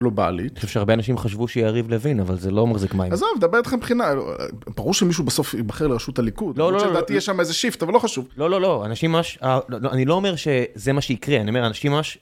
גלובלית שהרבה אנשים חשבו שיהיה יריב לוין אבל זה לא מחזיק מים. עזוב, דבר איתך מבחינה, ברור שמישהו בסוף יבחר לרשות הליכוד, שלדעתי יש שם איזה שיפט אבל לא חשוב. לא לא לא, אנשים ממש, אני לא אומר שזה מה שיקרה, אני אומר אנשים ממש.